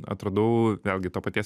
atradau vėlgi to paties